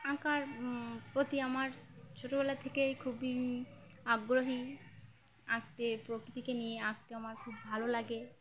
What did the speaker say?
আঁকার প্রতি আমার ছোটোবেলা থেকেই খুবই আগ্রহী আঁকতে প্রকৃতিকে নিয়ে আঁকতে আমার খুব ভালো লাগে